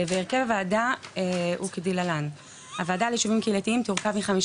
והרכב הוועדה הוא כדלהלן: "הוועדה ליישובים קהילתיים תורכב מחמישה